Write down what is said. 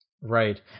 Right